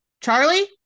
Charlie